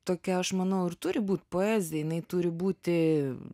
tokia aš manau ir turi būti poezija jinai turi būti